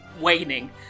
waning